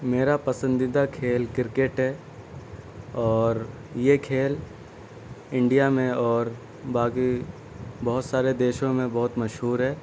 میرا پسندیدہ کھیل کرکٹ ہے اور یہ کھیل انڈیا میں اور باقی بہت سارے دیشوں میں بہت مشہور ہے